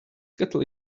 kettle